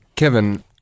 Kevin